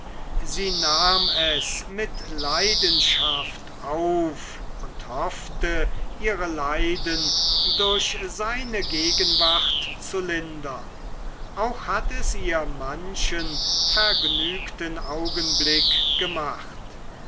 sie nahm es mit leidenschaft auf und hoffte ihre leiden durch seine gegenwart zu lindern auch hat es ihr manchen vergnügten augenblick gemacht